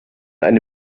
eine